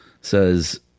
says